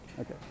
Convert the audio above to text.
okay